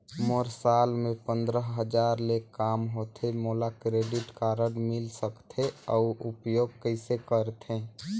मोर साल मे पंद्रह हजार ले काम होथे मोला क्रेडिट कारड मिल सकथे? अउ उपयोग कइसे करथे?